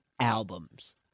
albums